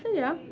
yeah.